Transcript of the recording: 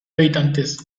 habitantes